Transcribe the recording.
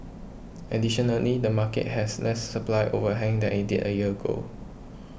additionally the market has less supply overhang than it did a year ago